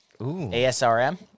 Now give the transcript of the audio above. ASRM